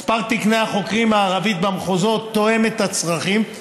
מספר תקני החוקרים הערבים במחוזות תואם את הצרכים.